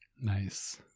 Nice